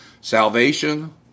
Salvation